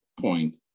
point